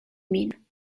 min